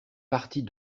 partie